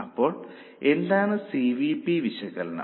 അപ്പോൾ എന്താണ് CVP വിശകലനം